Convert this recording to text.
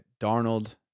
Darnold